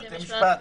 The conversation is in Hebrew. בבתי משפט.